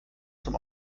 zum